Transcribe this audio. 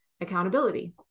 accountability